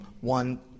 one